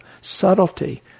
subtlety